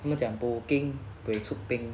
他们讲 po keng beh chut ping